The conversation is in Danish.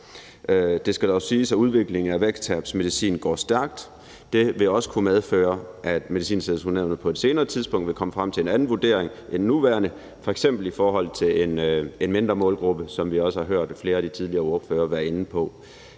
Det skal dog siges, at udviklingen af vægttabsmedicin går stærkt, og det vil også kunne medføre, at Medicintilskudsnævnet på et senere tidspunkt vil komme frem til en anden vurdering end den nuværende, f.eks. i forhold til en mindre målgruppe, hvilket vi også har hørt flere af de tidligere ordførere være inde på.